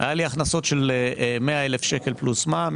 היה לי הכנסות של 100,000 שקל פלוס מע"מ,